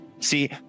See